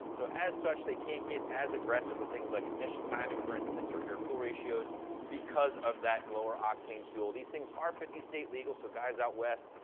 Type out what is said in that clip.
so, as such, they can't get as aggressive with things like ignition timing, for instance, or air fuel ratios because of that lower octane fuel. these things are fifty state legal, so guys out west,